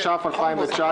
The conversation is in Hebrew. התש"ף-2019